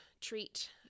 treat